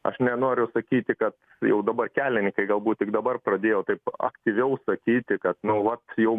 aš nenoriu sakyti kad jau dabar kelininkai galbūt tik dabar pradėjo taip aktyviau sakyti kad nu vat jau